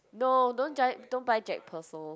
no don't don't buy Jack-Purcell